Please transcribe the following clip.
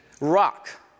rock